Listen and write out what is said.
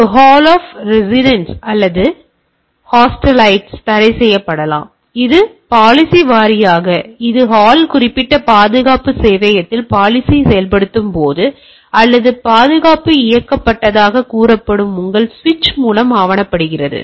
எனவே all of resident அல்லது மாணவர்களின் ஹோஸ்டிலிட்டிஸ் தடைசெய்யப்படலாம் இப்போது பாலிசி வாரியாக இது ஹால் குறிப்பிட்ட பாதுகாப்பு சேவையகத்தில் பாலிசியை செயல்படுத்தும்போது அல்லது பாதுகாப்பு இயக்கப்பட்டதாகக் கூறப்படும் உங்கள் சுவிட்ச் மூலம் ஆவணப்படுத்தப்படுகிறது